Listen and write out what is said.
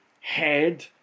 head